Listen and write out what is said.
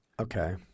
Okay